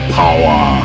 power